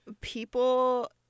people